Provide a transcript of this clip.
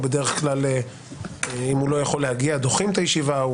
בדרך כלל אם הוא לא יכול להגיע דוחים את הישיבה.